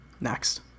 Next